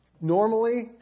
Normally